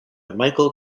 michael